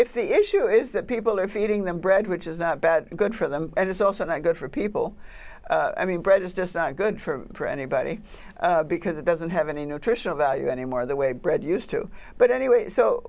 if the issue is that people are feeding them bread which is not bad or good for them and it's also not good for people i mean bread is just not good for anybody because it doesn't have any nutritional value anymore the way bread used to but anyway so